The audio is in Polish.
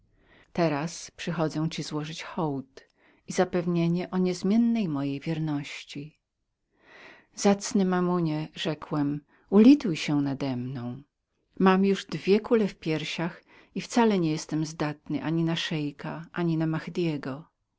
teraz przychodzę ci złożyć hołd i zapewnienie o niezmiennej mojej wierności zacny mammonie rzekłem ulituj się nademną mam już dwie kule w piersiach i wcale nie jestem zdolnym ani na szeika ani na